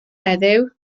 heddiw